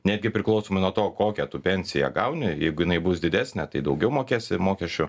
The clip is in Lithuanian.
netgi priklausomai nuo to kokią tu pensiją gauni jeigu jinai bus didesnė tai daugiau mokėsi mokesčių